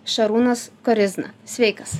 šarūnas korizna sveikas